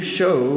show